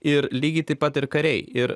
ir lygiai taip pat ir kariai ir